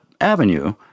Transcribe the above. avenue